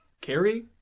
Carrie